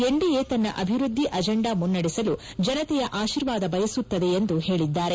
NDA ತನ್ನ ಅಭಿವೃದ್ಧಿ agenda ಮುನ್ನಡೆಸಲು ಜನತೆಯ ಆಶೀರ್ವಾದ ಬಯಸುತ್ತದೆ ಎಂದು ಹೇಳಿದ್ದಾರೆ